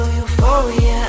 euphoria